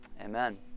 amen